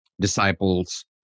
disciples